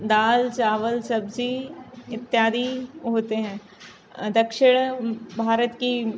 दाल चावल सब्ज़ी इत्यादि होते हैं दक्षिण भारत की